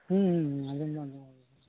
ᱟᱸᱡᱚᱢ ᱫᱚ ᱟᱸᱡᱚᱢ ᱠᱟᱱᱟ